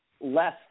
less